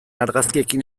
argazkiekin